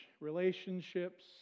relationships